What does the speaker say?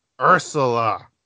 Ursula